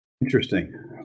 Interesting